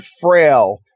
frail